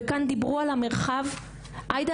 כאן דיברו על המרחב - עאידה,